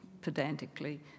pedantically